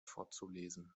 vorzulesen